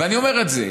ואני אומר את זה.